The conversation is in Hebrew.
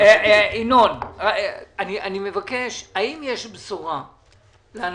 האם יש בשורה לאנשים?